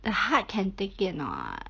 the heart can take it or not